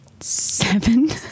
Seven